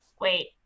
Wait